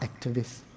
activists